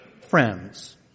friends